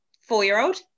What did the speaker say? four-year-old